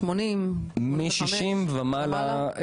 מ-60 ומעלה.